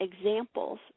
examples